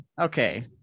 Okay